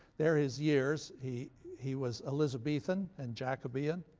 there are his years. he he was elizabethan and jacobean.